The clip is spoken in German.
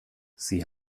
sie